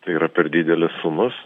tai yra per didelės sumos